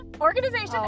organization